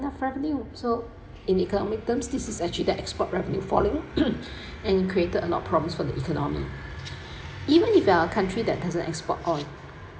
~nough revenue so in economic terms this is actually the export revenue falling and it created a lot problems for the economy even if you are a country that doesn't export oil